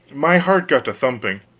my heart got to thumping.